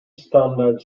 standard